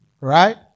right